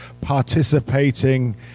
participating